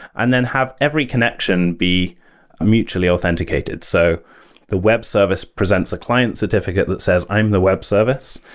and then have every connection be mutually authenticated. so the web service presents a client certificate that says, i'm the web service.